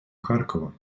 харкова